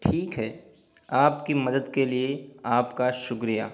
ٹھیک ہے آپ کی مدد کے لیے آپ کا شکریہ